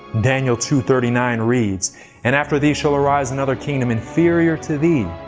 daniel two thirty nine reads and after thee shall arise another kingdom inferior to thee.